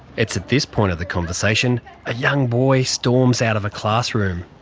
it's at this point of the conversation a young boy storms out of a classroom.